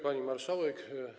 Pani Marszałek!